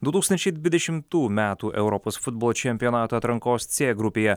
du tūkstančiai dvidešimtų metų europos futbolo čempionato atrankos c grupėje